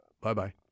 Bye-bye